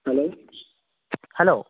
hello hello